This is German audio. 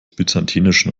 byzantinischen